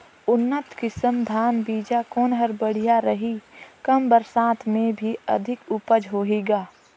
उन्नत किसम धान बीजा कौन हर बढ़िया रही? कम बरसात मे भी अधिक उपज होही का?